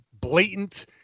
blatant